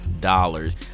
dollars